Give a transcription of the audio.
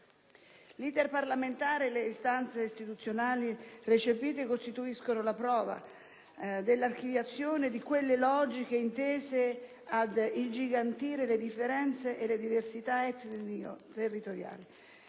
L'*iter* parlamentare e le istanze istituzionali recepite costituiscono la prova dell'archiviazione di quelle logiche intese ad ingigantire le differenze e le diversità etnico-territoriali,